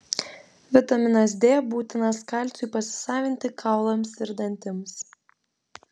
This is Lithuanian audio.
vitaminas d būtinas kalciui pasisavinti kaulams ir dantims